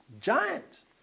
giants